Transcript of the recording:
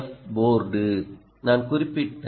F board நான் குறிப்பிட்ட என்